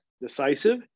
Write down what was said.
decisive